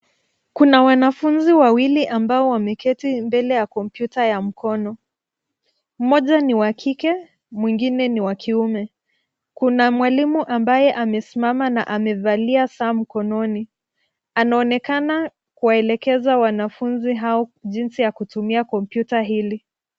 Kuna wanafunzi wawili ambao wameketi mbele ya kompyuta ya mkono. Mmoja ni wa kike, mwingine ni wa kiume. Kuna mwalimu ambaye amesimama na amevalia saa mkononi. Anaonekana kuwaelekeza wanafunzi hao jinsi ya kutumia kompyuta hili.